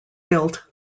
built